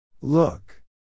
Look